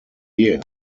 year